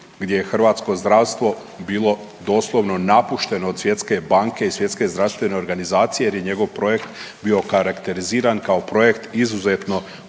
gdje je hrvatsko zdravstvo bilo doslovno napušteno od Svjetske banke i Svjetske zdravstvene organizacije jer je njegov projekt bio okarakteriziran kao projekt izuzetno